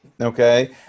Okay